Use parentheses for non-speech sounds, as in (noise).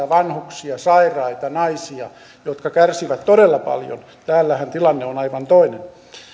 (unintelligible) vanhuksia sairaita naisia jotka kärsivät todella paljon täällähän tilanne on aivan toinen